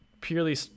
purely